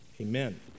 amen